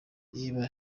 niba